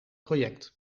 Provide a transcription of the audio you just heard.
project